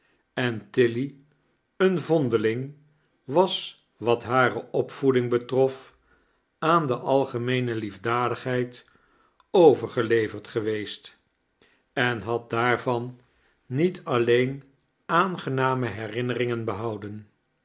en tilly een vondeling was wat hare opvoeddng betrof aan de algemeene liefdadigheid overgeleverd geweest en had daa rvan niet alleen aangename herinneringen behouden